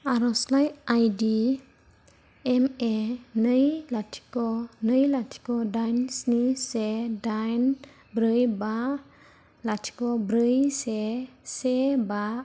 आरजलाइ आईड एम ए नै लाथिख' नै लाथिख' दाइन स्नि से दाइन ब्रै बा लाथिख ब्रै से से बा